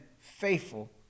faithful